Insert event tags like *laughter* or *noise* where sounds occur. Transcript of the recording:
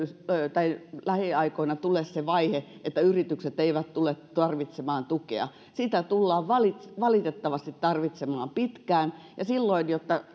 lähiaikoina tule se vaihe että yritykset eivät tule tarvitsemaan tukea sitä tullaan valitettavasti valitettavasti tarvitsemaan pitkään ja silloin jotta *unintelligible*